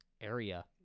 area